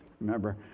Remember